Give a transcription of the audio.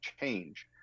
change